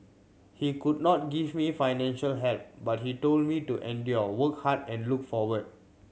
he could not give me financial help but he told me to endure work hard and look forward